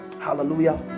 Hallelujah